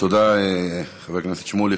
תודה, חבר הכנסת שמולי.